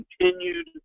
continued